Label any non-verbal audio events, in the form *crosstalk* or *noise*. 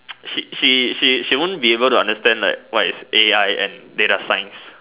*noise* she she she won't be able to understand like what is A I and data science